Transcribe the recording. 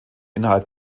innerhalb